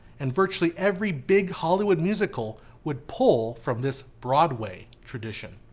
and virtually every big hollywood musical, would pull from this broadway tradition.